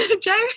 joe